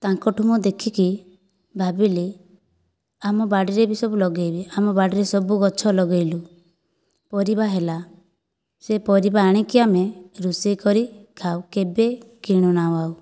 ତାଙ୍କ ଠାରୁ ମୁଁ ଦେଖିକି ଭାବିଲି ଆମ ବାଡ଼ିରେ ବି ସବୁ ଲଗେଇବି ଆମ ବାଡ଼ିରେ ସବୁ ଗଛ ଲଗେଇଲୁ ପରିବା ହେଲା ସେ ପରିବା ଆଣିକି ଆମେ ରୋଷେଇ କରି ଖାଉ କେବେ କିଣୁନାହୁଁ ଆଉ